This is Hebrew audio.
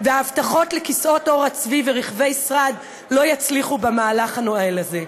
וההבטחות לכיסאות עור הצבי ורכבי השרד לא יצליחו להביא למהלך הנואל הזה.